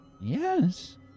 Yes